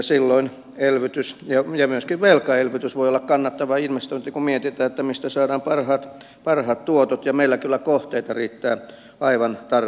silloin elvytys ja myöskin velkaelvytys voivat olla kannattavia investointeja kun mietitään mistä saadaan parhaat tuotot ja meillä kyllä kohteita riittää aivan tarpeeksi